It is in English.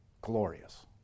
Glorious